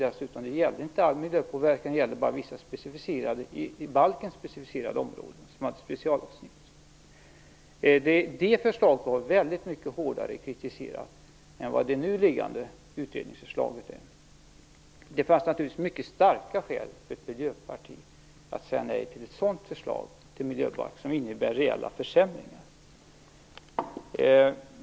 Det gällde heller inte all miljöpåverkan utan bara vissa i balken specificerade områden - specialavsnitt. Det förslaget blev mycket hårdare kritiserat än det nu liggande utredningsförslaget blivit. Naturligtvis fanns det mycket starka skäl för Miljöpartiet att säga nej till ett förslag till miljöbalk som skulle innebära reella försämringar.